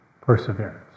perseverance